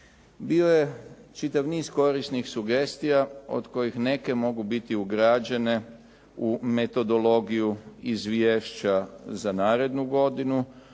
Bio je čitav niz korisnih sugestija od kojih neke mogu biti ugrađene u metodologiju izvješća za narednu godinu,